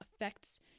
affects